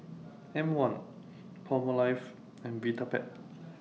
M one Palmolive and Vitapet